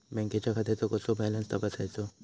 बँकेच्या खात्याचो कसो बॅलन्स तपासायचो?